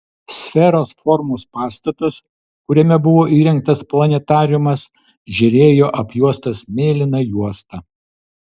sferos formos pastatas kuriame buvo įrengtas planetariumas žėrėjo apjuostas mėlyna juosta